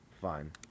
Fine